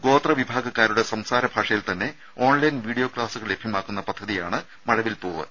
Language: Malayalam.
ഗോത്രവിഭാഗക്കാരുടെ സംസാര ഭാഷയിൽ തന്നെ ഓൺലൈൻ വീഡിയോ ക്ലാസുകൾ ലഭ്യമാക്കുന്ന പദ്ധതിയാണ് മഴവിൽപ്പൂവ്